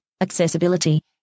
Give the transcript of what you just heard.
Accessibility